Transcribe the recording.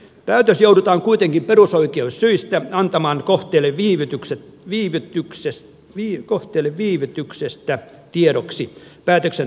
päätös joudutaan kuitenkin perusoikeussyistä antamaan kohteelle viivytyksettä tiedoksi päätöksenteon jälkeen